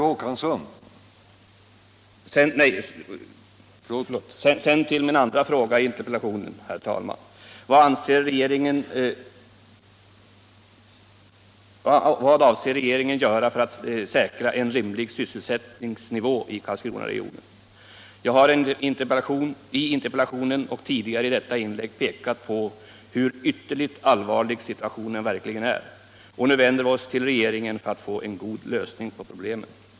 Sedan till min andra fråga i interpellationen, herr talman, nämligen följande: Vad avser regeringen göra för att säkra en rimlig sysselsätt ningsnivå i Karlskronaregionen? Jag har i interpellationen, och tidigare i detta inlägg, pekat på hur ytterligt allvarlig situationen verkligen är, och nu vänder vi oss till regeringen för att få en god lösning av problemen.